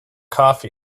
coffee